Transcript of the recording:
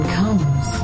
comes